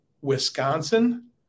Wisconsin